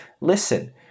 listen